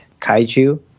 kaiju